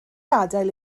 adael